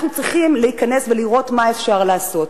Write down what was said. אנחנו צריכים להיכנס ולראות מה אפשר לעשות,